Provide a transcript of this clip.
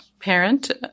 parent